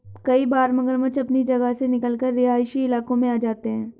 कई बार मगरमच्छ अपनी जगह से निकलकर रिहायशी इलाकों में आ जाते हैं